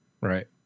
Right